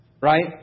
Right